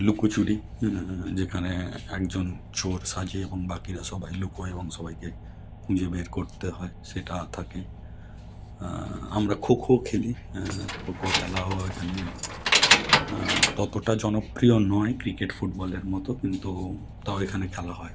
লুকোচুরি যেখানে একজন চোর সাজে এবং বাকিরা সবাই লুকোয় এবং সবাইকে খুঁজে বের করতে হয় সেটা থাকে আমরা খোখো খেলি খোখো খেলা হয় এখানে ততটা জনপ্রিয় নয় ক্রিকেট ফুটবলের মতো কিন্তু তাও এখানে খেলা হয়